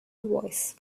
voice